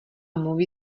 mluví